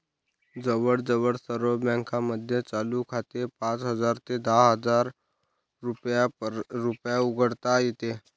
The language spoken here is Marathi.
जवळजवळ सर्व बँकांमध्ये चालू खाते पाच हजार ते दहा हजार रुपयात उघडता येते